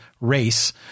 race